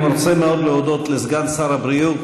אני רוצה מאוד להודות לסגן שר הבריאות